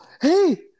hey